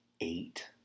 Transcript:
eight